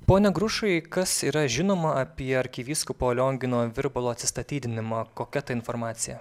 pone grušai kas yra žinoma apie arkivyskupo liongino virbalo atsistatydinimą kokia ta informacija